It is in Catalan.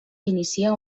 inicia